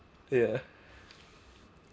ya